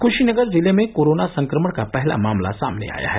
कुशीनगर जिले में कोरोना संक्रमण का पहला मामला सामने आया है